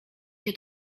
się